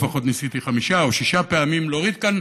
לפחות, ניסיתי חמש או שש פעמים, להוריד כאן